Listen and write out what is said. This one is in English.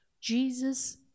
Jesus